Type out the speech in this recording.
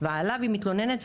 עליו היא מתלוננת,